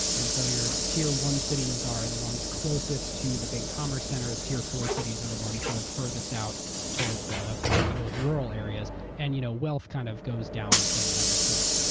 and so your tier one cities are the ones closest to the big commerce centers. tier four cities are the ones sort of farthest out toward the most rural areas. and you know wealth kind of goes down from one four.